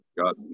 got